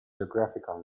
geographical